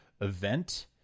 event